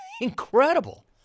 Incredible